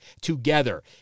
together